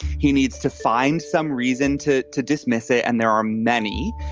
he needs to find some reason to to dismiss it and there are many.